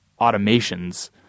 automations